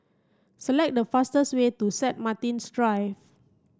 select the fastest way to Set Martin's Drive